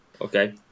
Okay